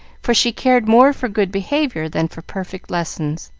for she cared more for good behavior than for perfect lessons.